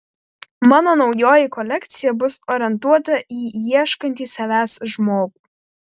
mano naujoji kolekcija bus orientuota į ieškantį savęs žmogų